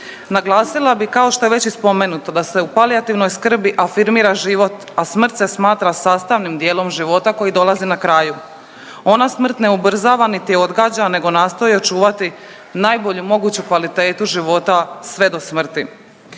Naglasila bi, kao što je već i spomenuto, da se u palijativnom skrbi afirmira život, a smrt se smatra sastavnim dijelom života koji dolazi na kraju. Ona smrt ne ubrzava, niti odgađa, nego nastoji očuvati najbolju moguću kvalitetu života sve do smrti.